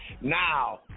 Now